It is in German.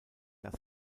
das